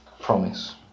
promise